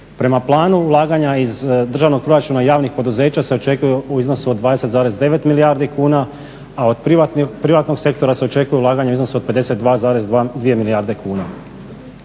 Prema planu ulaganja iz državnog proračuna javnih poduzeća se očekuje u iznosu od 20,9 milijardi kuna, a od privatnog sektora se očekuje ulaganje u iznosu od 52,2 milijarde kuna.